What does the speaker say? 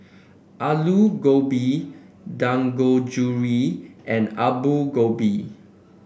Alu Gobi Dangojiru and Alu Gobi